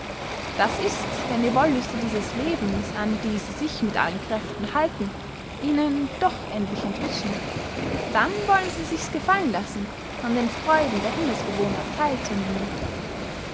das ist wenn die wollüste dieses lebens an die sie sich mit allen kräften halten ihnen doch endlich entwischen dann wollen sie sichs gefallen lassen an den freuden der himmelsbewohner theil